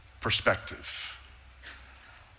perspective